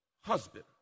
husband